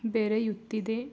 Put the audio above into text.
ಬೆರೆಯುತ್ತಿದೆ